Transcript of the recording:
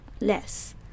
less